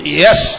yes